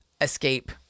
escape